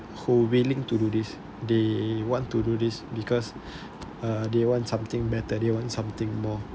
who willing to do this they want to do this because< uh they want something better they want something more